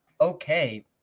okay